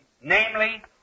Namely